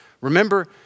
Remember